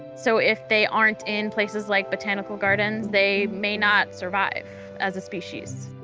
so if they aren't in places like botanical gardens, they may not survive as a species.